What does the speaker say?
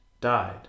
died